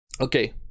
Okay